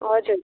हजुर